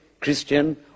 Christian